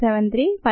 128 1v 1 4